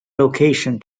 location